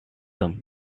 them